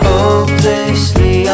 Hopelessly